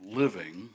living